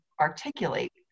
articulate